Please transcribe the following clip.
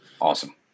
Awesome